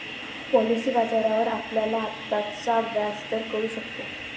policy बाजारावर आपल्याला आत्ताचा व्याजदर कळू शकतो